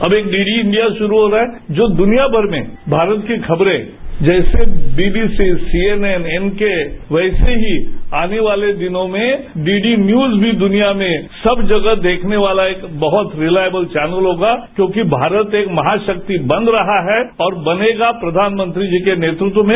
अब एक D D India शुरू हो रहा है जो दुनियाभर में भारत की खबरें जैसे V V C C N N N के वैसे ही आने वाले दिनों में डी डी न्यूज भी दुनिया में सब जगह देखने वाला एक बहुत रिलायबल चैनल होगा क्योंकि भारत एक महाशक्ति बन रहा है और बनेगा प्रधानमंत्री जी के नेतृत्व में